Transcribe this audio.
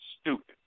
stupid